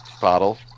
bottle